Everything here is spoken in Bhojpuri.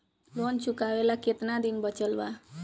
लोन चुकावे ला कितना दिन बचल बा?